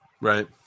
Right